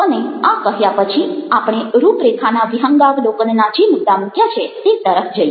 અને આ કહ્યા પછી આપણે રૂપરેખાના વિહંગાવલોકનના જે મુદ્દા મૂક્યા છે તે તરફ જઈએ